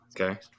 Okay